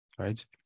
right